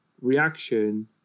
reaction